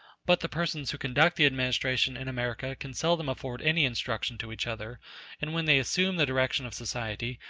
but the persons who conduct the administration in america can seldom afford any instruction to each other and when they assume the direction of society,